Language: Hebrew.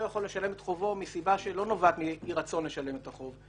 יכול לשלם את חובו מסיבה שלא נובעת מאי-רצון לשלם את החוב,